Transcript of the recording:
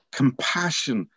compassion